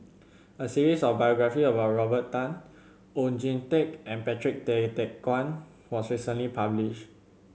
a series of biographies about Robert Tan Oon Jin Teik and Patrick Tay Teck Guan was recently publish